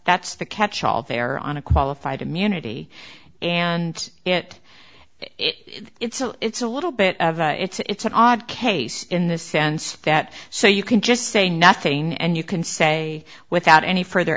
that's the catchall they're on a qualified immunity and it it's a it's a little bit of a it's an odd case in the sense that so you can just say nothing and you can say without any further